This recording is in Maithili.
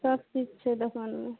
सब चीज छै दोकानमे